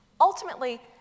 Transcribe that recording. Ultimately